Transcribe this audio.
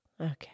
Okay